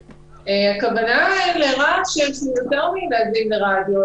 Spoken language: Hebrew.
הכוונה היא לרעש שהוא יותר מלהדליק את הרדיו,